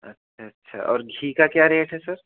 अच्छा अच्छा और घी का क्या रेट है सर